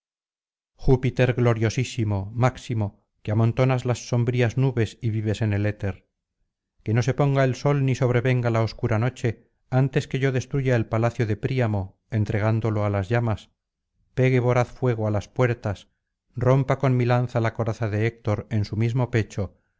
júpiter gloriosísimo máximo que amontonas las sombrías nubes y vives en el éter que no se ponga el sol ni sobrevenga la obscura noche antes que yo destruya el palacio de príamo entregándolo á las llamas pegue voraz fuego á las puertas rompa con mi lanza la coraza de héctor en su mismo pecho